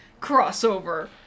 Crossover